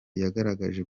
yagaragaje